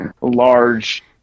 large